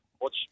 watch